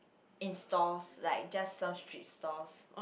in stalls like just some street stalls